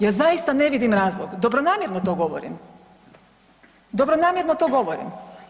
Ja zaista ne vidim razlog, dobronamjerno to govorim, dobronamjerno to govorim.